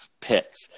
picks